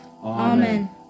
Amen